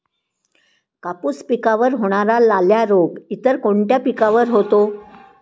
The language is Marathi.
कापूस पिकावर होणारा लाल्या रोग इतर कोणत्या पिकावर होतो?